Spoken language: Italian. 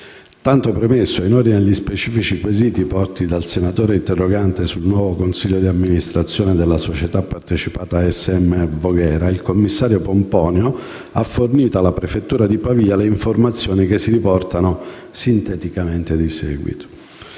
Tanto premesso, in ordine agli specifici quesiti posti dal senatore interrogante sul nuovo consiglio di amministrazione della società partecipata ASM Voghera, il commissario Pomponio ha fornito alla prefettura di Pavia le informazioni che si riportano sinteticamente di seguito.